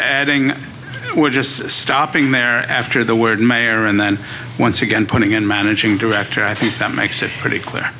adding we're just stopping there after the word mayor and then once again putting in managing director i think that makes it pretty